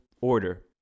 order